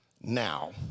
now